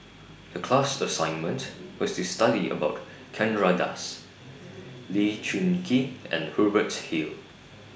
The class assignment was to study about Chandra Das Lee Choon Kee and Hubert Hill